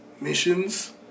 missions